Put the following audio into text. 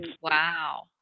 wow